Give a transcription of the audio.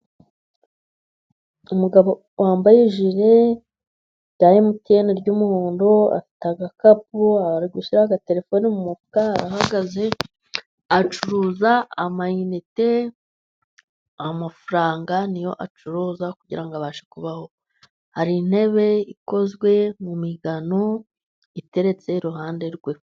Umugabo wambaye jire ya emutiyene y'umuhondo, afite agakapu ari gushyira agaterefone mu mufuka arahagaze, acuruza amayinite amafaranga ni yo acuruza kugira ngo abashe kubaho. Hari intebe ikozwe mu migano iteretse iruhande rwe.